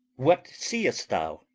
what seest thou?